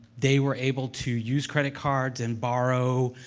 they were able to use credit cards and borrow, ah,